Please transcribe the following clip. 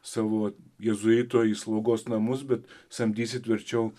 savo jėzuito į slaugos namus bet samdysit verčiau